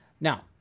Now